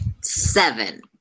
Seven